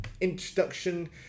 introduction